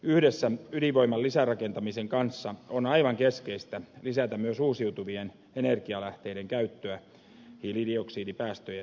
yhdessä ydinvoiman lisärakentamisen kanssa on aivan keskeistä lisätä myös uusiutuvien energialähteiden käyttöä hiilidioksidipäästöjen vähentämiseksi